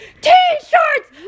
t-shirts